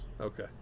Okay